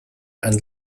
and